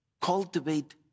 Cultivate